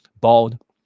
bald